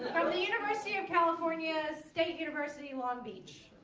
university of california's state university long beach